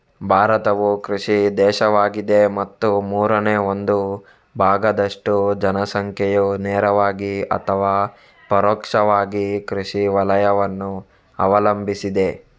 ಭಾರತವು ಕೃಷಿ ದೇಶವಾಗಿದೆ ಮತ್ತು ಮೂರನೇ ಒಂದು ಭಾಗದಷ್ಟು ಜನಸಂಖ್ಯೆಯು ನೇರವಾಗಿ ಅಥವಾ ಪರೋಕ್ಷವಾಗಿ ಕೃಷಿ ವಲಯವನ್ನು ಅವಲಂಬಿಸಿದೆ